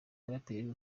muraperi